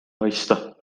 mõista